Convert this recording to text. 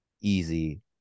easy